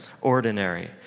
ordinary